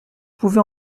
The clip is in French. pouvais